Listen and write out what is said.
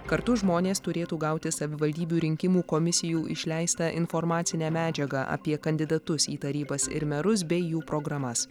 kartu žmonės turėtų gauti savivaldybių rinkimų komisijų išleistą informacinę medžiagą apie kandidatus į tarybas ir merus bei jų programas